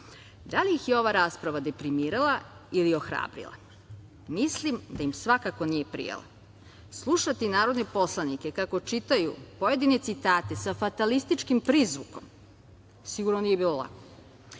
li ih je ova rasprava deprimirala ili ohrabrila? Mislim da im svakako nije prijala. Slušati narodne poslanike kako čitaju pojedine citate sa fatalističkim prizvukom, sigurno nije bilo lako.